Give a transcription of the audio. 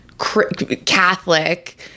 catholic